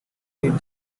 heat